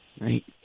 right